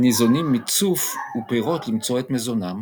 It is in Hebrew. הניזונים מצוף ומפירות למצוא את מזונם,